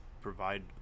provide